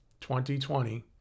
2020